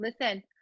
listen